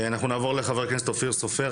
אנחנו נעבור לחבר הכנסת אופיר סופר.